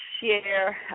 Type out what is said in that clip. share